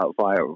via